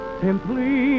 simply